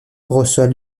reçoit